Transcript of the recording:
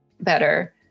better